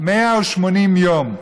180 יום.